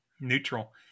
Neutral